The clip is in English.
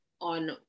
on